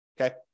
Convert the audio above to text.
okay